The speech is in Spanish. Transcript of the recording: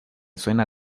suena